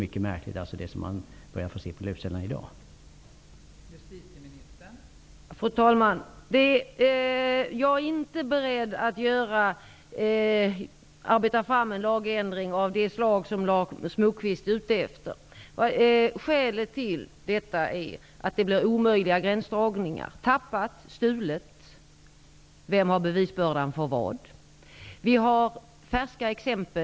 Det som man får se på löpsedlarna i dag är mycket märkligt.